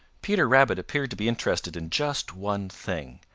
peter rabbit appeared to be interested in just one thing,